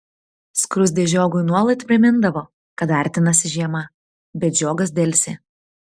skruzdė žiogui nuolat primindavo kad artinasi žiema bet žiogas delsė